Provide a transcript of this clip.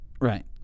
Right